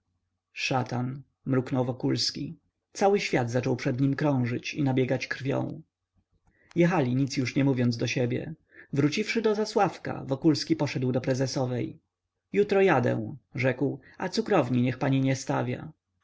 szatan mruknął wokulski cały świat zaczął przed nim krążyć i nabiegać krwią jechali nic już nie mówiąc do siebie wróciwszy do zasławka wokulski poszedł do prezesowej jutro jadę rzekł a cukrowni niech pani nie stawia